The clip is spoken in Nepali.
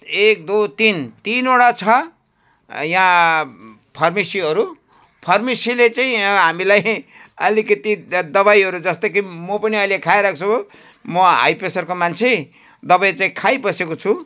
एक दो तिन तिनवटा छ यहाँ फार्मेसीहरू फार्मेसीले चाहिँ यहाँ हामीलाई अलिकति द दबाईहरू जस्तो कि म पनि अहिले खाइरहेको छु म हाई प्रेसरको मान्छे दबाई चाहिँ खाइबसेको छु